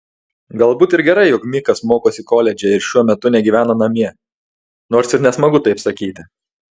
galbūt ir gerai jog mikas mokosi koledže ir šuo metu negyvena namie nors ir nesmagu taip sakyti